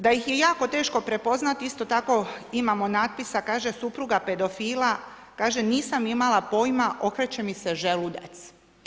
Da ih je jako teško prepoznati, isto tako imamo natpisa, kaže supruga pedofila, kaže nisam imala pojma, okreće mi se želudac.